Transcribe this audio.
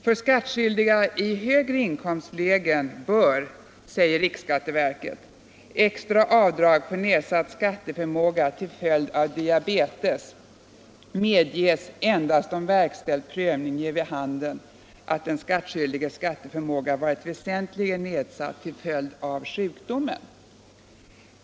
För skattskyldiga i högre inkomstlägen bör, säger riksskatteverket, extra avdrag för nedsatt skatteförmåga till följd av diabetes medges endast om verkställd prövning ger vid handen att den skattskyldiges skatteförmåga varit väsentligen nedsatt till följd av sjukdomen.